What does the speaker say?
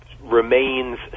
remains